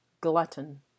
Glutton